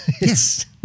Yes